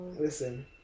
listen